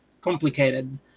complicated